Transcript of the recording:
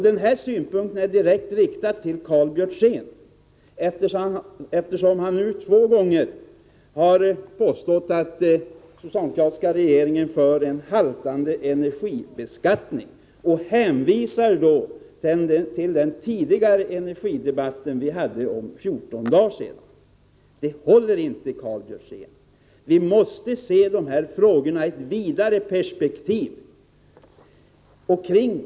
Denna synpunkt är direkt riktad till Karl Björzén, eftersom han två gånger har påstått att den socialdemokratiska regeringen för en haltande energibeskattningspolitik och hänvisar till den energidebatt vi hade för 14 dagar sedan. Detta håller inte, Karl Björzén. Vi måste se dessa frågor i ett vidare perspektiv.